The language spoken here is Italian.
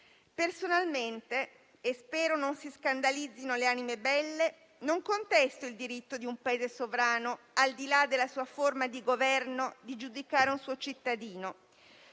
Personalmente - spero non si scandalizzino le anime belle - non contesto il diritto di un Paese sovrano, al di là della sua forma di Governo, di giudicare un suo cittadino.